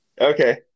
okay